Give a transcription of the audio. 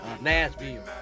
Nashville